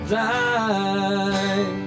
die